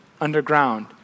underground